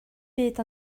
byd